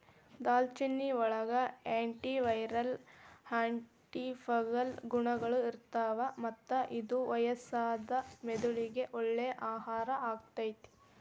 ದಾಲ್ಚಿನ್ನಿಯೊಳಗ antiviral, antifungal ಗುಣಗಳು ಇರ್ತಾವ, ಮತ್ತ ಇದು ವಯಸ್ಸಾದ ಮೆದುಳಿಗೆ ಒಳ್ಳೆ ಆಹಾರ ಆಗೇತಿ